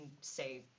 say